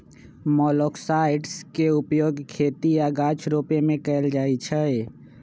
मोलॉक्साइड्स के उपयोग खेती आऽ गाछ रोपे में कएल जाइ छइ